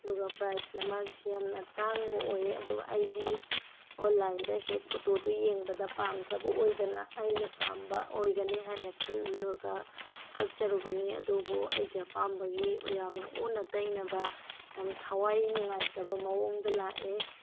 ꯑꯗꯨꯒ ꯄ꯭ꯔꯥꯏꯖꯅ ꯃꯥꯒꯤꯁꯤ ꯌꯥꯝꯅ ꯇꯥꯡꯕ ꯑꯣꯏꯑꯦ ꯑꯗꯨꯒ ꯑꯩꯗꯤ ꯑꯣꯟꯂꯥꯏꯟꯗ ꯍꯦꯛ ꯐꯣꯇꯣꯗꯣ ꯌꯦꯡꯕꯗ ꯄꯥꯝꯖꯕ ꯑꯣꯏꯗꯅ ꯑꯩꯅ ꯄꯥꯝꯕ ꯑꯣꯏꯒꯅꯤ ꯍꯥꯏꯅ ꯈꯜꯂꯒ ꯀꯛꯆꯔꯨꯕꯅꯤ ꯑꯗꯨꯕꯨ ꯑꯩꯒꯤ ꯑꯄꯥꯝꯕꯒꯤ ꯌꯥꯝꯅ ꯑꯣꯟꯅ ꯇꯩꯅꯕ ꯌꯥꯝ ꯊꯥꯋꯥꯏ ꯅꯨꯡꯉꯥꯏꯇꯕ ꯃꯑꯣꯡꯗ ꯂꯥꯛꯑꯦ